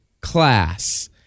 class